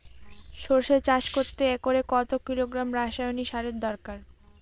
সরষে চাষ করতে একরে কত কিলোগ্রাম রাসায়নি সারের দরকার?